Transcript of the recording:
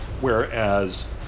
Whereas